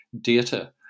data